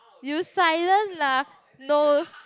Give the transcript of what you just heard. you silent laugh no